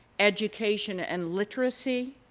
education and literacy,